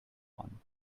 one